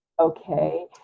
Okay